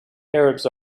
arabs